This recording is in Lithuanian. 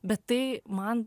bet tai man